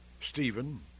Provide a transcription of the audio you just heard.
Stephen